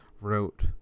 wrote